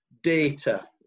data